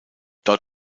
dort